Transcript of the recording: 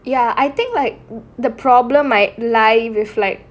ya I think like the problem lie lie with like